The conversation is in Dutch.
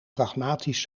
pragmatisch